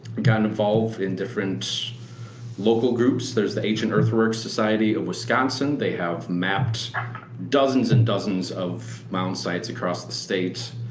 got involved in different local groups. there's the ancient earthworks society of wisconsin. they have mapped dozens and dozens of mound sites across the state.